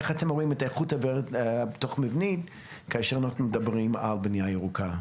איך אתם רואים את האוויר התוך מבני כאשר אנחנו מדברים על בנייה ירוקה?